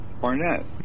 Barnett